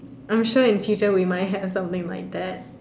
I'm sure in future we might have something like that